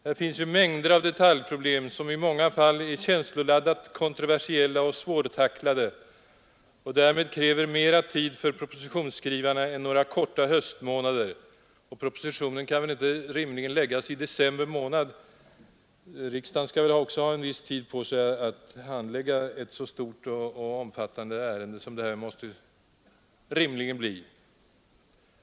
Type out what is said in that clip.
Här finns mängder av detaljproblem som i många fall är känsloladdat kontroversiella och svårtacklade och som därmed kräver mera tid vid propositionsskrivandet än några korta höstmånader. Och propositionen kan ju inte rimligen läggas på riksdagens bord i december månad; riksdagen skall väl också ha en viss tid på sig att handlägga ett så stort och omfattande ärende som det här måste bli.